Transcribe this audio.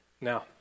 Now